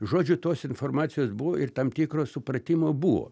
žodžiu tos informacijos buvo ir tam tikro supratimo buvo